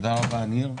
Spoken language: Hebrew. תודה רבה לניר.